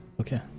Okay